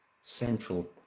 central